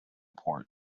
port